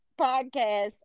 podcast